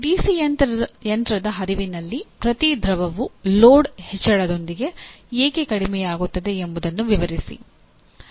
DC ಯಂತ್ರದ ಹರಿವಿನಲ್ಲಿ ಪ್ರತಿ ಧ್ರುವವು ಲೋಡ್ ಹೆಚ್ಚಳದೊಂದಿಗೆ ಏಕೆ ಕಡಿಮೆಯಾಗುತ್ತದೆ ಎಂಬುದನ್ನು ವಿವರಿಸಿ